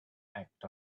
act